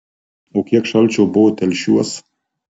o kiek šalčio buvo telšiuos